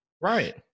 right